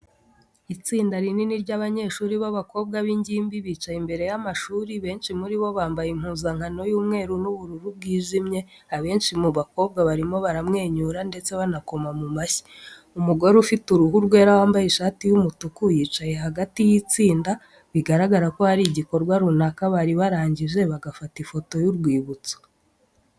Itsinda rinini ry'abanyeshuri b'abakobwa b'ingimbi, bicaye imbere y'amashuri. Benshi muri bo bambaye impuzankano y'umweru n'ubururu bwijimye. Abenshi mu bakobwa barimo baramwenyura, ndetse banakoma mu mashyi. Umugore ufite uruhu rwera, wambaye ishati y'umutuku, yicaye hagati y'itsinda. Bigaragara ko hari igikorwa runaka bari barangije, bagafata ifoto y'urwibutso.